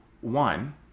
One